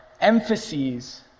emphases